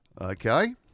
Okay